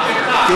זה